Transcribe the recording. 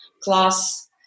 class